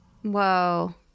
Whoa